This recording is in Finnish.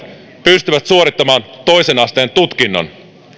pystyvät suorittamaan toisen asteen tutkinnon